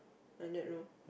like that lor